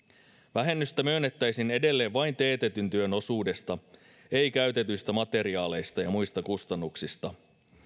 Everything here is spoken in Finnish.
vähennystä myönnettäisiin edelleen vain teetetyn työn osuudesta ei käytetyistä materiaaleista ja muista kustannuksista